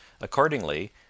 Accordingly